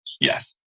Yes